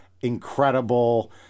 incredible